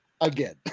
again